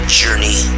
journey